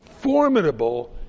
formidable